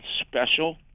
special